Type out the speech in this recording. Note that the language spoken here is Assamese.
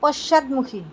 পশ্চাদমুখী